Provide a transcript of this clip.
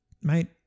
mate